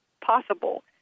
possible